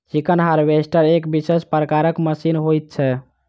chicken harvester एक विशेष प्रकारक मशीन होइत छै